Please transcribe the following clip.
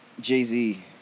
Jay-Z